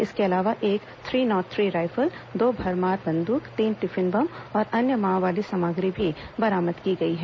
इसके अलावा एक थ्री नॉट थ्री रायफल दो भरमार बंदूक तीन टिफिन बम और अन्य माओवादी सामग्री भी बरामद की गई है